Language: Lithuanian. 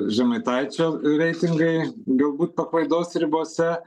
žemaitaičio reitingai galbūt paklaidos ribose